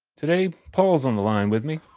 today, paul's on the line with me,